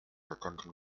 attempting